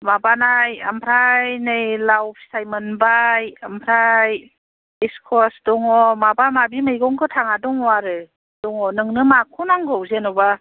माबानाय ओमफ्राय नै लाव फिथाइ मोनबाय ओमफ्राय स्कस दङ माबा माबि मैगं गोथाङा दङ आरो दङ नोंनो माखौ नांगौ जेनेबा